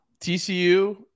TCU